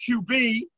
QB